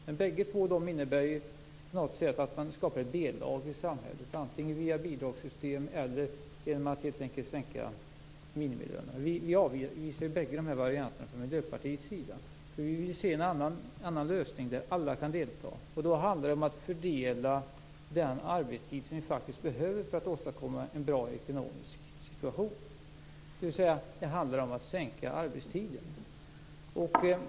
Men bägge de två alternativen innebär på något sätt att man skapar ett B-lag i samhället, antingen via bidragssystem eller genom att helt enkelt sänka minimilönerna. Vi avvisar bägge de här varianterna från Miljöpartiets sida. Vi vill se en annan lösning, där alla kan delta. Då handlar det om att fördela den arbetstid som vi faktiskt behöver för att åstadkomma en bra ekonomisk situation. Det handlar alltså om att sänka arbetstiden.